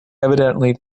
evidently